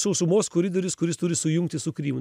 sausumos koridorius kuris turi sujungti su krymu